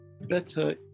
better